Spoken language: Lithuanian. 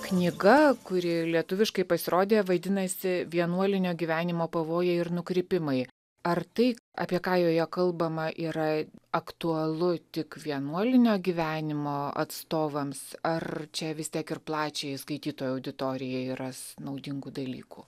knyga kuri lietuviškai pasirodė vadinasi vienuolinio gyvenimo pavojai ir nukrypimai ar tai apie ką joje kalbama yra aktualu tik vienuolinio gyvenimo atstovams ar čia vis tiek ir plačiajai skaitytojų auditorijai ras naudingų dalykų